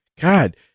god